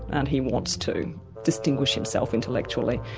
and he wants to distinguish himself intellectually,